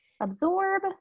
absorb